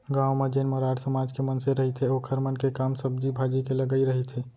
गाँव म जेन मरार समाज के मनसे रहिथे ओखर मन के काम सब्जी भाजी के लगई रहिथे